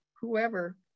whoever